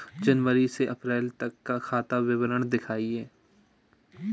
जनवरी से अप्रैल तक का खाता विवरण दिखाए?